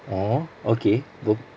ya ah okay go